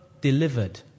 delivered